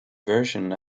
version